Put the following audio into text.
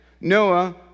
Noah